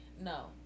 No